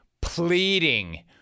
pleading